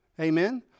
Amen